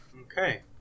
Okay